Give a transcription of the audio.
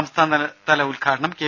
സംസ്ഥാനതല ഉദ്ഘാടനം കെ